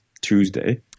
Tuesday